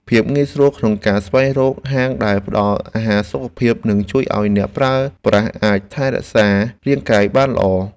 ភាពងាយស្រួលក្នុងការស្វែងរកហាងដែលផ្តល់អាហារសុខភាព ជួយឱ្យអ្នកប្រើប្រាស់អាចថែរក្សារាងកាយបានល្អ។